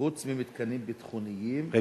חוץ ממתקנים ביטחוניים,